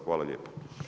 Hvala lijepo.